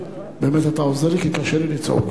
אתה באמת עוזר לי כי קשה לי לצעוק.